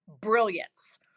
brilliance